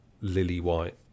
lily-white